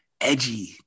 edgy